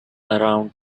around